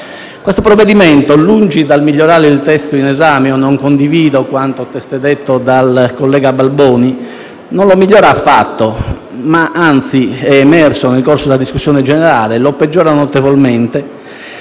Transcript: Questo provvedimento, lungi dal migliorare il testo in esame - io non condivido quanto testé detto dal collega Balboni - non lo migliora affatto; anzi - è emerso nel corso della discussione generale - lo peggiora notevolmente,